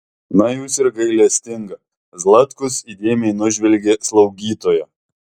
na jūs ir gailestinga zlatkus įdėmiai nužvelgė slaugytoją